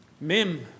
Mim